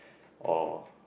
or